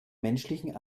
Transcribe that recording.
menschlichen